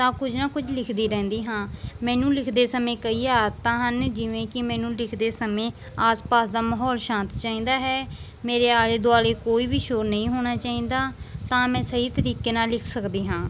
ਤਾਂ ਕੁਝ ਨਾ ਕੁਝ ਲਿਖਦੀ ਰਹਿੰਦੀ ਹਾਂ ਮੈਨੂੰ ਲਿਖਦੇ ਸਮੇਂ ਕਈ ਆਦਤਾਂ ਹਨ ਜਿਵੇਂ ਕਿ ਮੈਨੂੰ ਲਿਖਦੇ ਸਮੇਂ ਆਸ ਪਾਸ ਦਾ ਮਾਹੌਲ ਸ਼ਾਂਤ ਚਾਹੀਦਾ ਹੈ ਮੇਰੇ ਆਲੇ ਦੁਆਲੇ ਕੋਈ ਵੀ ਸ਼ੋਰ ਨਹੀਂ ਹੋਣਾ ਚਾਹੀਦਾ ਤਾਂ ਮੈਂ ਸਹੀ ਤਰੀਕੇ ਨਾਲ ਲਿਖ ਸਕਦੀ ਹਾਂ